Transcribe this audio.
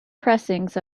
pressings